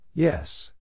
Yes